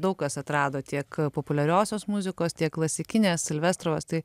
daug kas atrado tiek populiariosios muzikos tiek klasikinės silvestrovas tai